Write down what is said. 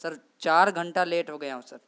سر چار گھنٹہ لیٹ ہو گیا ہوں سر